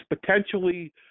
potentially –